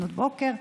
לפנות בוקר,